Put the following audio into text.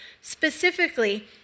specifically